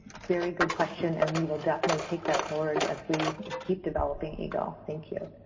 very good question and we will definitely take that forward as we keep developing eagle. thank you.